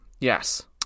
yes